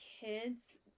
kids